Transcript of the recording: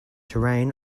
terrain